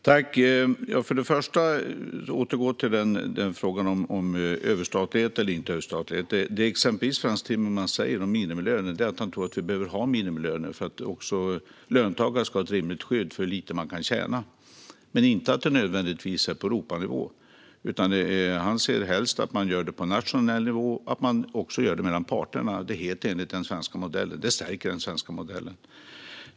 Herr talman! Jag återgår till frågan om överstatlighet. Frans Timmermans säger att han tror att vi behöver ha minimilöner för att löntagare ska ha ett rimligt skydd för hur lite de kan tjäna, men inte att det nödvändigtvis ska vara på Europanivå. Han ser helst att man gör det på nationell nivå och att man också gör det mellan parterna. Det är helt enligt den svenska modellen. Det stärker den svenska modellen.